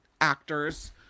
actors